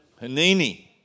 Hanini